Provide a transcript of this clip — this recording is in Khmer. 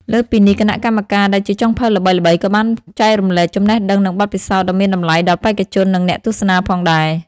លើសពីនេះ គណៈកម្មការដែលជាចុងភៅល្បីៗក៏បានចែករំលែកចំណេះដឹង និងបទពិសោធន៍ដ៏មានតម្លៃដល់បេក្ខជន និងអ្នកទស្សនាផងដែរ។